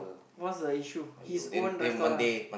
what's the issue his own restaurant ah